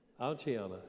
Alciana